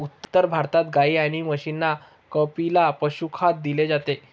उत्तर भारतात गाई आणि म्हशींना कपिला पशुखाद्य दिले जाते